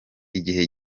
igihe